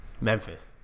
Memphis